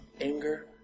anger